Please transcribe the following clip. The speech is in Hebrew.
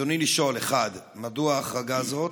רצוני לשאול: 1. מדוע קיימת החרגה זאת?